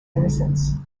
innocence